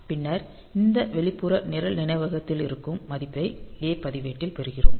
பின்னர் இந்த வெளிப்புற நிரல் நினைவகத்திலிருக்கும் மதிப்பை A பதிவேட்டில் பெறுகிறோம்